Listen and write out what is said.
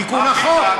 תיקון החוק.